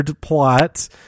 plot